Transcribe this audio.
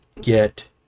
get